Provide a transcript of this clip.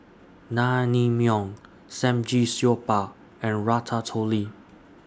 Naengmyeon Samgyeopsal and Ratatouille